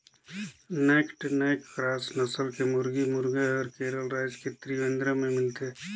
naked neck cross नसल के मुरगी, मुरगा हर केरल रायज के त्रिवेंद्रम में मिलथे